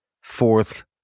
fourth